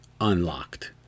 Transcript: unlocked